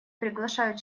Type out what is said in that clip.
приглашаю